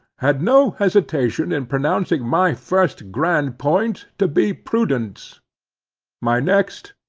had no hesitation in pronouncing my first grand point to be prudence my next,